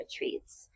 retreats